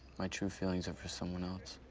my true feelings are for someone else.